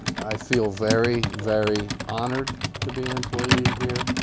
i feel very, very honored to be an employee here.